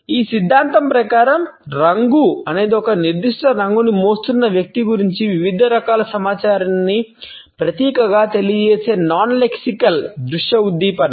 ఈ సిద్ధాంతం ప్రకారం రంగు అనేది ఒక నిర్దిష్ట రంగును మోస్తున్న వ్యక్తి గురించి వివిధ రకాల సమాచారాన్ని ప్రతీకగా తెలియజేయగల నాన్ లెక్సికల్ దృశ్య ఉద్దీపన